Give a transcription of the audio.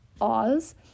Oz